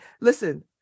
listen